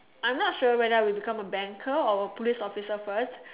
I'm not sure whether I will become a banker or a police officer first